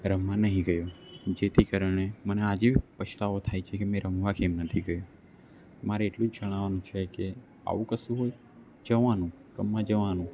રમવા નહીં ગયો જેથી કરીને મને આજે પછતાવો થાય છે કે મેં રમવા કેમ નથી ગયો મારે એટલું જણાવાનું છે કે આવું કશું હોય જવાનું રમવા જવાનું